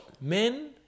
men